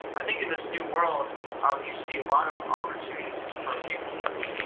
i think in this new world um you see a lot of opportunities for people who